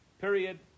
Period